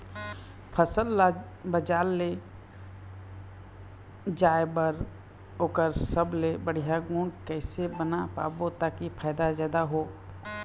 फसल ला बजार ले जाए बार ओकर सबले बढ़िया गुण कैसे बना पाबो ताकि फायदा जादा हो?